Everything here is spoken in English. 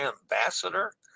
Ambassador